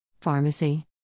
Pharmacy